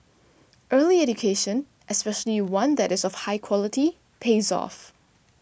early education especially one that is of high quality pays off